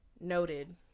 noted